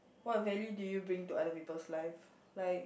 what value do you bring to other people's life like